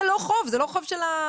זה לא חוב, זה לא חוב של הקופאית,